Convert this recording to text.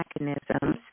mechanisms